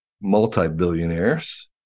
multi-billionaires